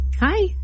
Hi